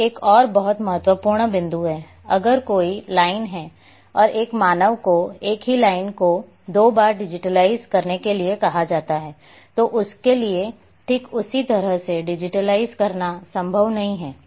यह एक और बहुत महत्वपूर्ण बिंदु है अगर कोई लाइन है और एक मानव को एक ही लाइन को दो बार डिजिटाइज़ करने के लिए कहा जाता है तो उसके लिए ठीक उसी तरह से डिजिटाइज़ करना संभव नहीं है